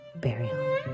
Burial